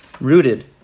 rooted